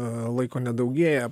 a laiko nedaugėja